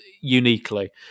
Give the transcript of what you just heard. uniquely